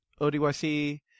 ODYC